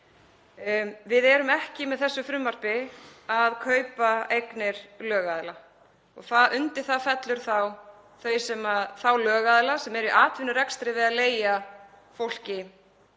Við erum ekki með þessu frumvarpi að kaupa eignir lögaðila og undir það falla þá þeir lögaðilar sem eru í atvinnurekstri við að leigja fólki